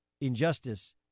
injustice